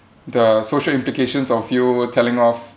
the social implications of you telling off